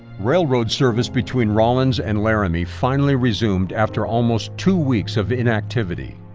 railroad service between rawlins and laramie finally resumed after almost two weeks of inactivity.